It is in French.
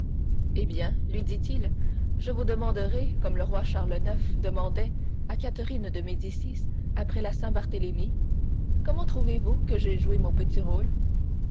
eh bien lui dit-il je vous demanderai comme le roi charles ix demandait à catherine de médicis après la saint-barthélemy comment trouvez-vous que j'ai joué mon petit rôle